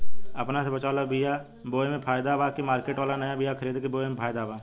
अपने से बचवाल बीया बोये मे फायदा बा की मार्केट वाला नया बीया खरीद के बोये मे फायदा बा?